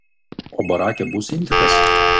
o barake bus intikas